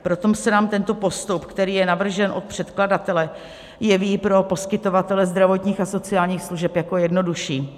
Proto se nám tento postup, který je navržen od předkladatele, jeví pro poskytovatele zdravotních a sociálních služeb jako jednodušší.